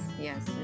yes